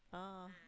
oh